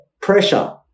pressure